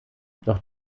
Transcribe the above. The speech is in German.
doch